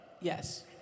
Yes